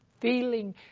feeling